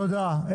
תודה.